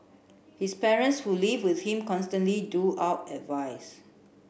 his parents who live with him constantly do out advice